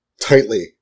tightly